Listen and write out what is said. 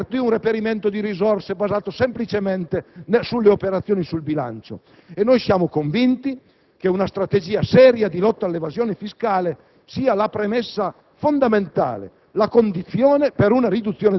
Pertanto, non esiste un'ipotesi di reperimento di risorse basata semplicemente sulle operazioni inerenti al bilancio. Siamo convinti che una strategia seria di lotta all'evasione fiscale sia la premessa